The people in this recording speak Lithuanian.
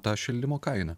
tą šildymo kainą